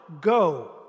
go